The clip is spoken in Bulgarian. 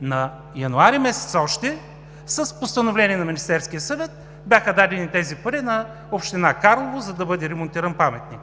През януари месец още с постановление на Министерския съвет бяха дадени тези пари на община Карлово, за да бъде ремонтиран паметникът.